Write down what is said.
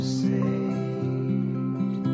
saved